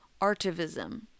artivism